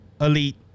elite